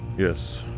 yes